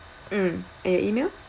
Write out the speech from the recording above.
mm and your email